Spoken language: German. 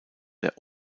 der